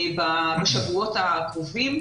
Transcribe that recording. בשבועות הקרובים.